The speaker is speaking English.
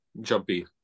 jumpy